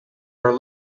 are